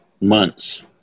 months